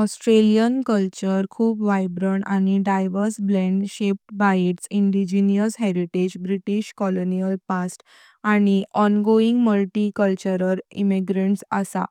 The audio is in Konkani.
ऑस्ट्रेलियन संस्कृती खूप वायब्रण्ट आणि diverse blend, shaped by its indigenous heritage, British colonial past, आणि ऑनगोइंग मल्टीकल्चरल इमिग्रेशन असा।